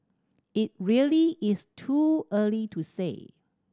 it really is too early to say